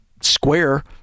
square